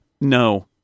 no